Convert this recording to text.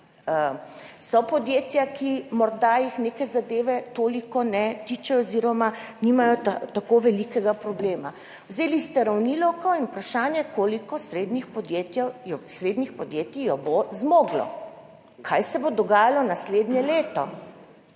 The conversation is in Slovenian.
so podjetja, ki se jih morda neke zadeve toliko ne tičejo oziroma nimajo tako velikega problema. Vzeli ste uravnilovko in vprašanje, koliko srednjih podjetij jo bo zmoglo, kaj se bo dogajalo naslednje leto.